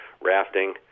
rafting